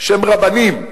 בשם רבנים,